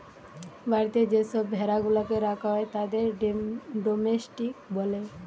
বাড়িতে যে সব ভেড়া গুলাকে রাখা হয় তাদের ডোমেস্টিক বলে